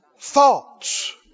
thoughts